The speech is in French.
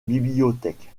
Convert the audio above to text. bibliothèques